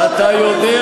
אתה לא רוצה פיוס.